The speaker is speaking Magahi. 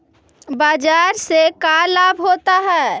बाजार से का लाभ होता है?